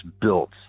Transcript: built